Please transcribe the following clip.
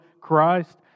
Christ